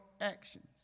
actions